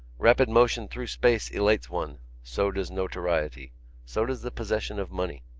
rapid motion through space elates one so does notoriety so does the possession of money.